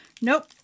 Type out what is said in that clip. Nope